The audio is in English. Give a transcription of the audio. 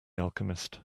alchemist